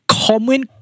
Common